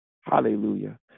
Hallelujah